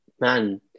man